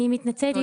אני מתנצלת,